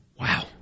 Wow